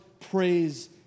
praise